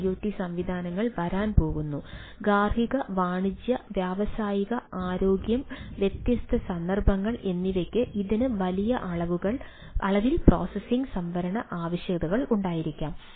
IoT സംവിധാനങ്ങൾ വരാൻ പോകുന്നു ഗാർഹിക വാണിജ്യ വ്യാവസായിക ആരോഗ്യം വ്യത്യസ്ത സന്ദർഭങ്ങൾ എന്നിവയ്ക്ക് ഇതിന് വലിയ അളവിൽ പ്രോസസ്സിംഗ് സംഭരണ ആവശ്യകതകൾ ഉണ്ടായിരിക്കും